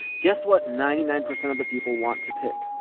guess what ninety nine percent of the people want to pick?